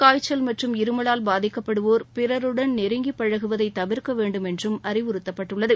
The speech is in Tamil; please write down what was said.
காய்ச்சல் மற்றும் இருமலால் பாதிக்கப்படுவோர் பிறருடன் நெருங்கி பழகுவதை தவிர்க்க வேண்டுமென்றும் அறிவுறுத்தப்பட்டுள்ளது